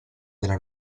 della